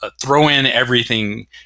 throw-in-everything